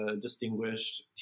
distinguished